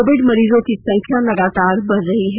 Covid मरीजों की संख्या लगातार बढ़ रही है